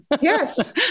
Yes